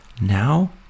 Now